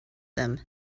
them